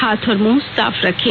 हाथ और मुंह साफ रखें